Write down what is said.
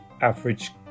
average